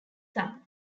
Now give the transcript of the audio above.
son